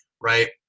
right